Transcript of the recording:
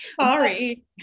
Sorry